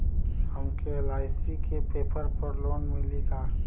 हमके एल.आई.सी के पेपर पर लोन मिली का?